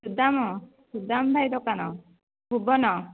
ସୁଦାମ ସୁଦାମ ଭାଇ ଦୋକାନ ଭୁବନ